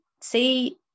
see